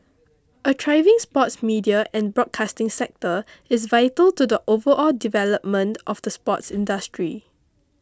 a thriving sports media and broadcasting sector is vital to the overall development of the sports industry